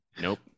Nope